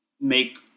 make